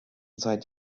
seit